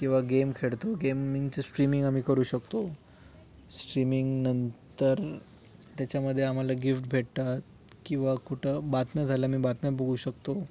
किंवा गेम खेळतो गेमिंगचे स्ट्रीमिंग आम्ही करू शकतो स्ट्रीमिंगनंतर त्याच्यामध्ये आम्हाला गिफ्ट भेटतात किंवा कुठं बातम्या झाल्या मी बातम्या बघू शकतो